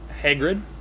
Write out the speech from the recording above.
Hagrid